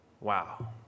Wow